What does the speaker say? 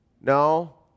No